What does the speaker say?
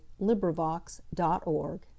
LibriVox.org